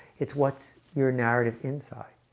it's what's your narrative inside?